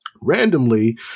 Randomly